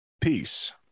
peace